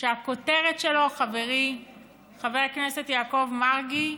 שהכותרת שלו, חברי חבר הכנסת יעקב מרגי,